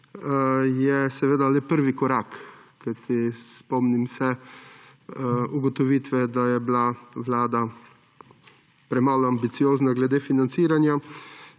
je seveda prvi korak, kajti spomnim se ugotovitve, da je bila vlada premalo ambiciozna glede financiranja,